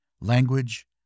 language